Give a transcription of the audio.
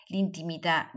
L'intimità